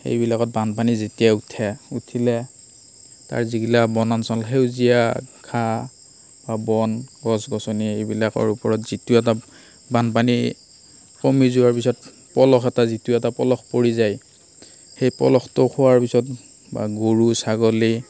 সেইবিলাকত বানপানী যেতিয়া উঠে উঠিলে তাৰ যিগিলা বনাঞ্চল সেউজীয়া ঘাঁহ বা বন গছ গছনি এইবিলাকৰ ওপৰত যিটো এটা বানপানী কমি যোৱাৰ পিছত পলস এটা যিটো এটা পলস পৰি যায় সেই পলসটো খোৱাৰ পিছত বা গৰু ছাগলী